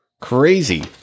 Crazy